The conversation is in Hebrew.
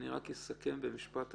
אסכם במשפט אחד.